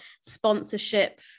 sponsorship